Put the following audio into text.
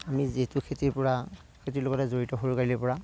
আমি যিহেতু খেতিৰপৰা খেতিৰ লগতে জড়িত সৰু কালৰপৰা